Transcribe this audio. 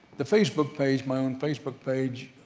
the facebook page, my own facebook page,